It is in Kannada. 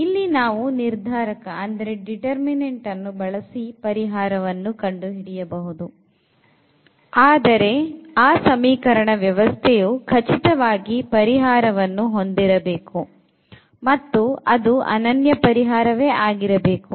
ಇಲ್ಲಿ ನಾವು ನಿರ್ಧಾರಕವನ್ನು ಬಳಸಿ ಪರಿಹಾರವನ್ನು ಕಂಡು ಹಿಡಿಯಬಹುದು ಆದರೆ ಆ ಸಮೀಕರಣ ವ್ಯವಸ್ಥೆಯು ಖಚಿತವಾಗಿ ಪರಿಹಾರವನ್ನು ಹೊಂದಿರಬೇಕು ಮತ್ತು ಅದು ಅನನ್ಯ ಪರಿಹಾರ ವಾಗಿರಬೇಕು